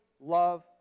love